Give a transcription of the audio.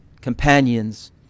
companions